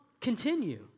continue